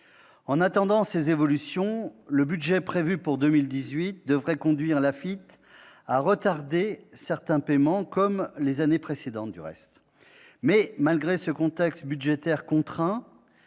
En attendant ces évolutions, le budget prévu pour 2018 devrait conduire l'AFITF à retarder certains paiements, comme les années précédentes. Malgré ce contexte budgétaire contraint,